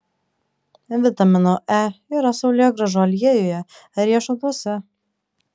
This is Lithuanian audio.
vitamino e yra saulėgrąžų aliejuje riešutuose